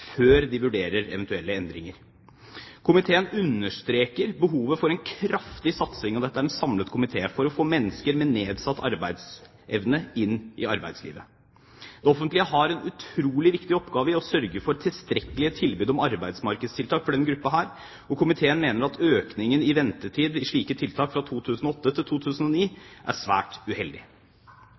før man vurderer eventuelle endringer. En samlet komité understreker behovet for en kraftig satsing for å få mennesker med nedsatt arbeidsevne inn i arbeidslivet. Det offentlige har en utrolig viktig oppgave med å sørge for tilstrekkelig tilbud om arbeidsmarkedstiltak for denne gruppen, og komiteen mener økningen i ventetid for slike tiltak fra 2008 til 2009 er svært uheldig.